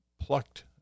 plucked